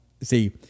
See